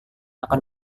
akan